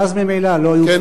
ואז ממילא לא היו,